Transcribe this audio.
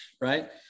right